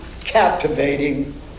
captivating